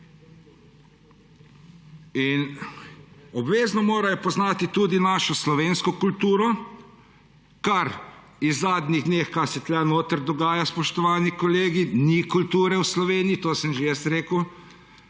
Obvezno morajo poznati tudi slovensko kulturo, kar je v zadnjih dneh, kar se tu noter dogaja, spoštovani kolegi, ni kulture v Sloveniji; to sem že rekel